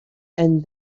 and